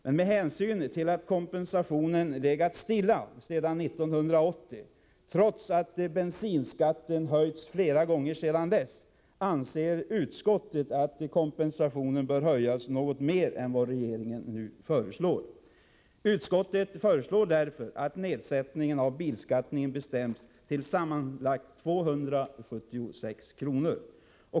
Med hänsyn till att kompensationen legat stilla sedan 1980, trots att bensinskatten höjts flera gånger sedan dess, anser utskottet att kompensationen bör höjas något mer än vad regeringen nu föreslår. Utskottet föreslår därför att nedsättningen av bilskatten bestäms till sammanlagt 276 kr.